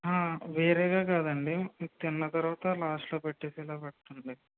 వేరేగా కాదండి తిన్న తర్వాత లాస్ట్లో పెట్టేసి ఇలా పెట్టండి